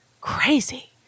crazy